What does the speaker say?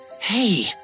Hey